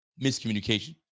Miscommunication